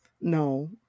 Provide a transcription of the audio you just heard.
No